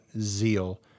zeal